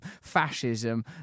fascism